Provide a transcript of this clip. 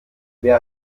wer